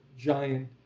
giant